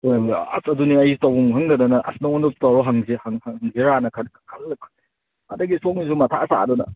ꯑꯁ ꯑꯗꯨꯅꯦ ꯑꯩꯁꯦ ꯇꯧꯐꯝ ꯈꯪꯗꯗꯅ ꯑꯁ ꯅꯉꯣꯟꯗ ꯇꯧꯔ ꯍꯪꯁꯦ ꯍꯪꯁꯤꯔꯅ ꯈꯜꯂꯒ ꯑꯗꯒꯤ ꯁꯣꯝꯒꯤꯁꯨ ꯃꯊꯥ ꯁꯥꯗꯅ